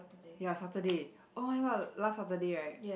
ya Saturday oh-my-god last Saturday right